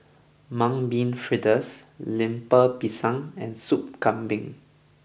Mung Bean Fritters Lemper Pisang and Sup Kambing